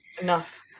Enough